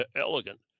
elegant